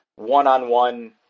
one-on-one